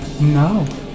No